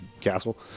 castle